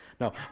No